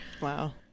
Wow